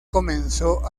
comenzó